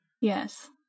Yes